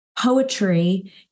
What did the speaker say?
poetry